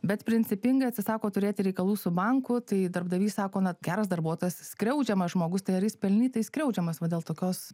bet principingai atsisako turėti reikalų su banku tai darbdavys sako na geras darbuotojas skriaudžiamas žmogus tai ar jis pelnytai skriaudžiamas va dėl tokios